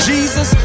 Jesus